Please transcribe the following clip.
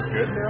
good